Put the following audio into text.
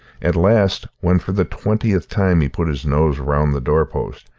at last, when for the twentieth time he put his nose round the doorpost,